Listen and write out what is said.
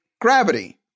Gravity